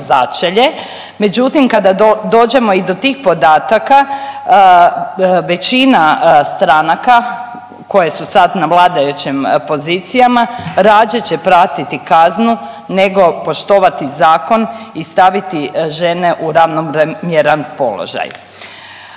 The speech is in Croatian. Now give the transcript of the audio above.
začelje. Međutim kada dođemo i do tih podataka većina stranaka koje su sad na vladajućim pozicijama rađe će platiti kaznu nego poštovati zakon i staviti žene u ravnomjeran položaj.